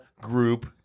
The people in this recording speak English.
group